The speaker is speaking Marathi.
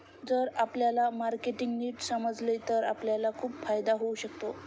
जर आपल्याला मार्केटिंग नीट समजले तर आपल्याला खूप फायदा होऊ शकतो